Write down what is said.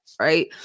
Right